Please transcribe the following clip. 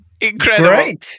Incredible